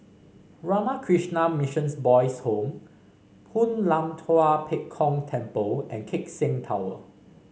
Ramakrishna Mission Boys' Home Hoon Lam Tua Pek Kong Temple and Keck Seng Tower